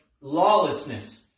lawlessness